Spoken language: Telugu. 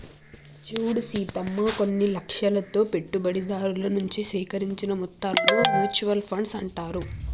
చూడు సీతమ్మ కొన్ని లక్ష్యాలతో పెట్టుబడిదారుల నుంచి సేకరించిన మొత్తాలను మ్యూచువల్ ఫండ్స్ అంటారు